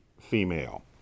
female